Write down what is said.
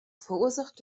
verursacht